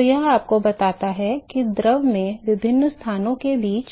तो यह आपको बताता है कि द्रव में विभिन्न स्थानों के बीच